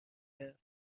کرد